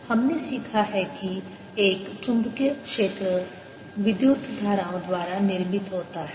हमने सीखा है कि एक चुंबकीय क्षेत्र विद्युत धाराओं द्वारा निर्मित होता है